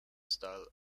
style